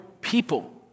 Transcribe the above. people